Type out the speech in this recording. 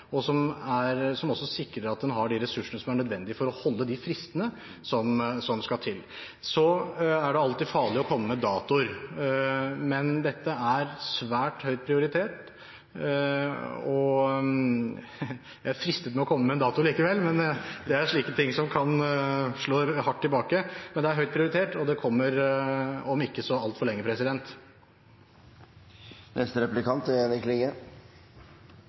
og som også sikrer at en har de ressursene som skal til for å holde fristene. Det er alltid farlig å komme med datoer, men dette er svært høyt prioritert. Det er fristende å komme med en dato likevel, men det er slike ting som kan slå hardt tilbake. Men det er høyt prioritert, og det kommer om ikke så altfor lenge. Det eg skal spørje om, er